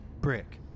brick